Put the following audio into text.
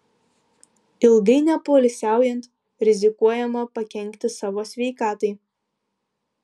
ilgai nepoilsiaujant rizikuojama pakenkti savo sveikatai